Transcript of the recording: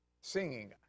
singing